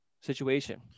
situation